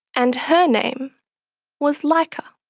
and her name was laika.